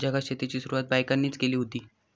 जगात शेतीची सुरवात बायकांनीच केली हुती